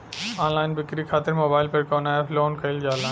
Online बिक्री खातिर mobile पर कवना एप्स लोन कईल जाला?